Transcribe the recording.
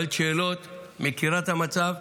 שאלה שאלות, ומכירה את המצב.